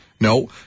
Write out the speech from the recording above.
No